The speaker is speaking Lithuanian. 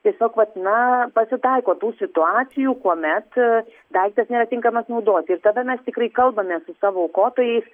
tiesiog vat na pasitaiko tų situacijų kuomet daiktas nėra tinkamas naudoti ir tada mes tikrai kalbamės su savo aukotojais